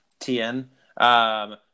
TN